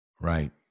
Right